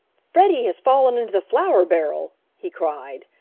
freddie has fallen into the flour barrel! he cried,